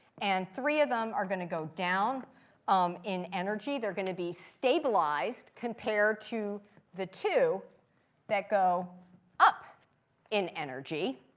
and three of them are going to go down um in energy. they're going to be stabilized compared to the two that go up in energy.